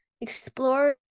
explore